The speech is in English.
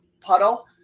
puddle